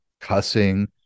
cussing